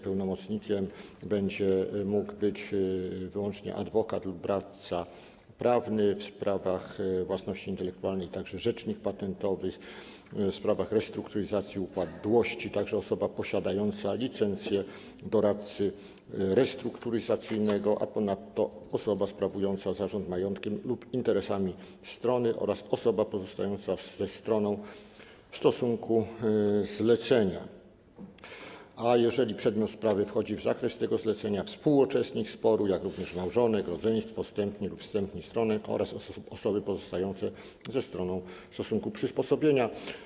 Pełnomocnikiem będzie mógł być wyłącznie adwokat lub radca prawny, w sprawach własności intelektualnej także rzecznik patentowy, a w sprawach restrukturyzacji i upadłości także osoba posiadająca licencję doradcy restrukturyzacyjnego, a ponadto osoba sprawująca zarząd majątkiem lub interesami strony oraz osoba pozostająca ze stroną w stosunku zlecenia, jeżeli przedmiot sprawy wchodzi w zakres tego zlecenia, współuczestnik sporu, jak również małżonek, rodzeństwo, zstępni lub wstępni strony oraz osoby pozostające ze stroną w stosunku przysposobienia.